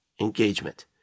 engagement